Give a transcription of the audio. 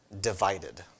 divided